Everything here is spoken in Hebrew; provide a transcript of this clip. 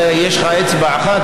אתה מגעיל אותי.